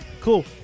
Cool